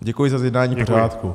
Děkuji za zjednání pořádku.